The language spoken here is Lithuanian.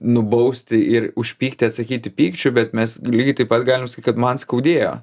nubausti ir už pyktį atsakyti pykčiu bet mes lygiai taip pat galim sakyt kad man skaudėjo